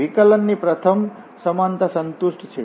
વિકલન ની પ્રથમ સમાનતા સંતુષ્ટ છે